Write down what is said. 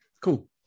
Cool